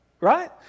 Right